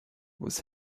was